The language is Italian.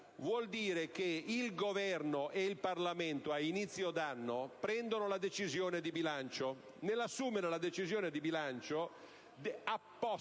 Vuol dire che il Governo e il Parlamento, a inizio d'anno, prendono la decisione di bilancio; nell'assumere la decisione di bilancio